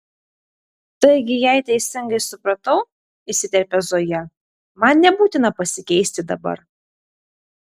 taigi jei teisingai supratau įsiterpia zoja man nebūtina pasikeisti dabar